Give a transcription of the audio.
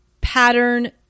pattern